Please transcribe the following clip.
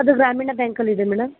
ಅದು ಗ್ರಾಮೀಣ ಬ್ಯಾಂಕಲ್ಲಿದೆ ಮೇಡಮ್